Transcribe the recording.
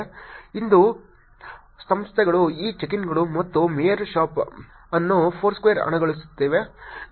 ಇಂದು ಸಂಸ್ಥೆಗಳು ಈ ಚೆಕ್ಇನ್ಗಳು ಮತ್ತು ಮೇಯರ್ಶಿಪ್ ಅನ್ನು ಫೋರ್ಸ್ಕ್ವೇರ್ ಹಣಗಳಿಸುತ್ತಿವೆ